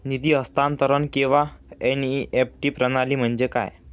निधी हस्तांतरण किंवा एन.ई.एफ.टी प्रणाली म्हणजे काय?